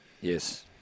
Yes